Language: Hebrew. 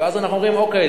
ואז אנחנו אומרים: אוקיי,